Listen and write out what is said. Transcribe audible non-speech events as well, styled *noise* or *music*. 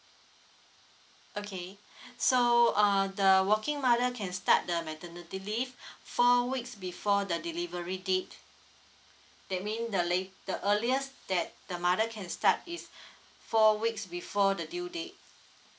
okay *breath* so uh the working mother can start the maternity leave *breath* four weeks before the delivery date that mean the la~ the earliest that the mother can start is *breath* four weeks before the due date